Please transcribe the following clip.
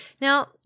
Now